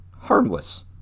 Harmless